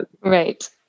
right